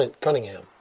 Cunningham